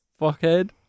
fuckhead